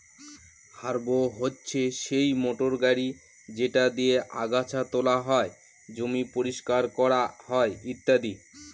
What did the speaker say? harrow হচ্ছে সেই motor গাড়ি যেটা দিয়ে আগাচ্ছা তোলা হয়, জমি পরিষ্কার করা হয় ইত্যাদি